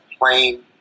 plain